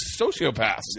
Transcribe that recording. sociopaths